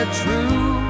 true